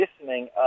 listening